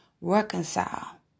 reconcile